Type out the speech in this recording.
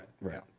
right